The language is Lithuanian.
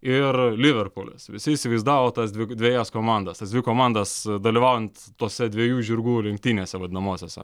ir liverpulis visi įsivaizdavo tas dvi dvejas komandas tas dvi komandas dalyvaujant tose dviejų žirgų lenktynėse vadinamosiose